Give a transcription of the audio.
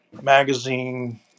magazine